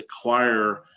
acquire